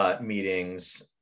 meetings